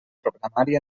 programari